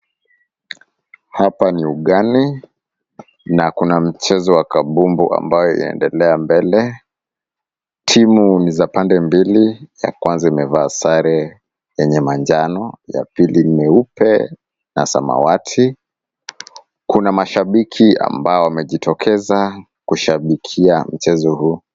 Hapa ni ugani na kuna mchezo wa kabumbu ambayo inaendelea mbele. Timu ni za pande mbili, ya kwanza imevaa sare yenye manjano, ya pili nyeupe na samawati. Kuna mashabiki ambao wamejitokeza kushabikia mchezo huu.